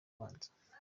ubanza